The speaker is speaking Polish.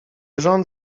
rząd